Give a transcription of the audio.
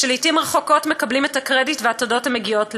ולעתים רחוקות מקבלים את הקרדיט והתודות המגיעים להם.